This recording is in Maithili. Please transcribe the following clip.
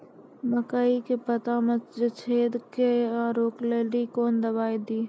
मकई के पता मे जे छेदा क्या रोक ले ली कौन दवाई दी?